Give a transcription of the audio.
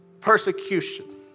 persecution